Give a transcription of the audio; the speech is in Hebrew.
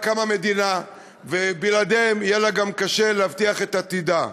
קמה מדינה ובלעדיהם יהיה לה קשה להבטיח את עתידה.